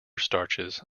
starches